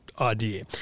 idea